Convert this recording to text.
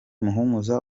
muhumuza